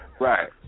Right